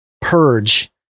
purge